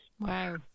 Wow